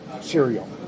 cereal